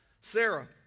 Sarah